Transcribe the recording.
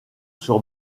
sur